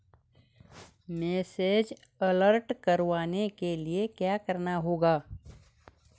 Message alert करवाने के लिए क्या करना होगा?